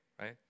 right